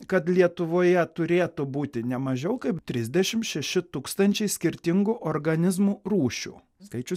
kad lietuvoje turėtų būti ne mažiau kaip trisdešim šeši tūkstančiai skirtingų organizmų rūšių skaičius